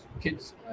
kids